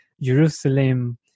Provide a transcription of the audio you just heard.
Jerusalem